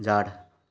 झाड